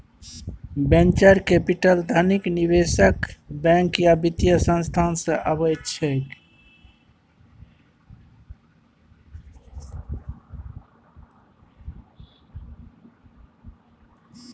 venture capital धनिक निबेशक, bank या बित्तीय संस्थान सँ अबै छै